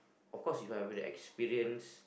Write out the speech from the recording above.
of course if I have this experience